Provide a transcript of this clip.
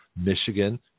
Michigan